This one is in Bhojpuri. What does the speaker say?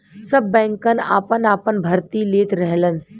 सब बैंकन आपन आपन भर्ती लेत रहलन